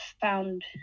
found